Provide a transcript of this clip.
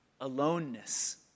aloneness